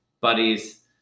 buddies